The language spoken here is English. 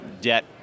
debt